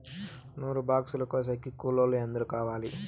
నూరు బాక్సులు కోసేకి కూలోల్లు ఎందరు కావాలి?